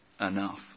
enough